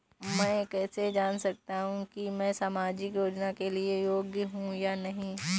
मैं कैसे जान सकता हूँ कि मैं सामाजिक योजना के लिए योग्य हूँ या नहीं?